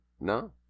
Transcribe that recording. No